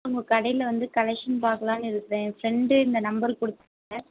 உங்கள் கடையில் வந்து கலெக்ஷன் பார்க்கலான்னு இருக்கிறேன் ஃப்ரெண்டு இந்த நம்பர் கொடுத்தாங்க